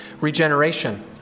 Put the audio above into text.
regeneration